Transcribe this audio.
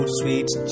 sweet